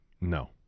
no